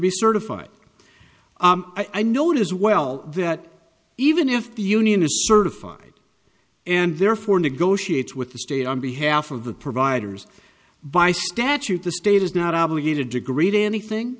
be certified i know is well that even if the union is certified and therefore negotiates with the state on behalf of the providers by statute the state is not obligated to agree to anything